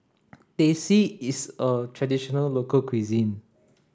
Teh C is a traditional local cuisine